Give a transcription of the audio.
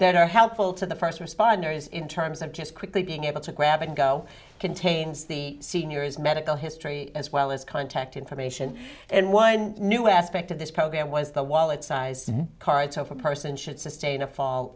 that are helpful to the first responders in terms of just quickly being able to grab and go contains the seniors medical history as well as contact information and one new aspect of this program was the wallet size card so if a person should sustain a fall